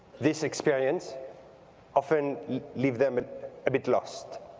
this experience often leaves them a bit lost.